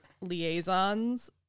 liaisons